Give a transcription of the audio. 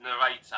narrator